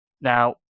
Now